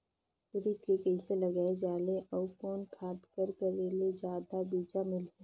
उरीद के कइसे लगाय जाले अउ कोन खाद कर करेले जादा बीजा मिलही?